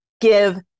give